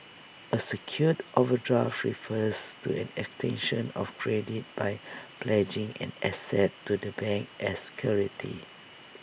A secured overdraft refers to an extension of credit by pledging an asset to the bank as security